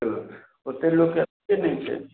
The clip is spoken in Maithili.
हेलो ओतेक लोक अबितै नहि छथि